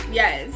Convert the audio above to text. yes